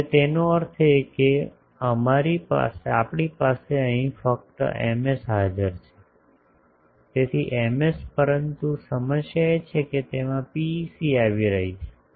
હવે તેથી તેનો અર્થ એ કે અમારી પાસે અહીં ફક્ત Ms હાજર છે તેથી Ms પરંતુ સમસ્યા એ છે કે તેમાં પીઈસી આવી રહી છે